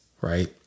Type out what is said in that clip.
Right